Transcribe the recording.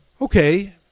Okay